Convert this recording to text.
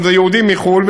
אם יהודי מחו"ל,